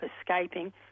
escaping